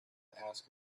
ask